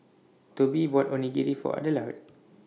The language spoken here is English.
Tobi bought Onigiri For Adelard